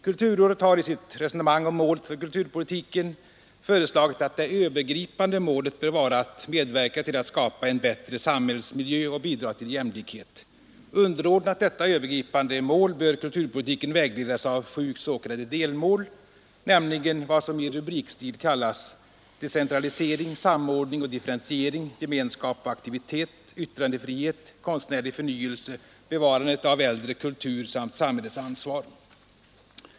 Kulturrådet har i sitt resonemang om målet för kulturpolitiken föreslagit att det övergripande målet skall vara att medverka till att skapa en bättre samhällsmiljö och bidra till jämlikhet. Underordnat detta övergripande mål bör kulturpolitiken vägledas av sju s.k. delmål, nämligen vad som i rubrikstil kallas decentralisering, samordning och differentiering, gemenskap och aktivitet, yttrandefrihet, konstnärlig förnyelse, bevarandet av äldre kultur samt samhällets ansvar.